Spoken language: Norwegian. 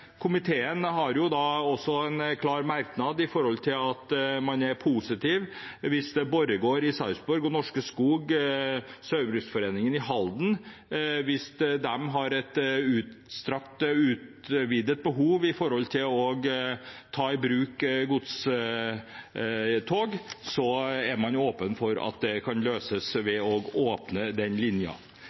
Komiteen har en klar merknad om at man er positiv hvis Borregaard i Sarpsborg og Norske Skog Saugbrugsforeningen i Halden har et utvidet behov for å ta i bruk godstog. Da er man åpen for at det kan løses ved å åpne den